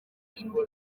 indirimbo